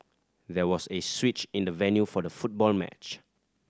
there was a switch in the venue for the football match